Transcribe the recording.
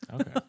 Okay